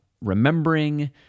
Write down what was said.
remembering